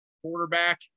quarterback